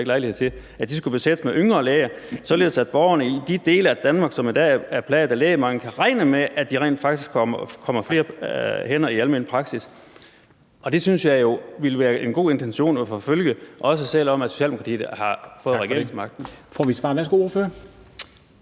til – skulle besættes med yngre læger, således at borgerne i de dele af Danmark, som i dag er plaget af lægemangel, kunne regne med, at der rent faktisk kom flere hænder i den almene praksis. Det synes jeg jo ville være en god intention at forfølge, også selv om Socialdemokratiet har fået regeringsmagten.